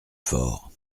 fort